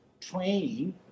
train